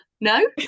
No